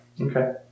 Okay